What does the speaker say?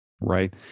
Right